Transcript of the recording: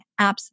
apps